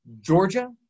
Georgia